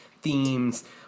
themes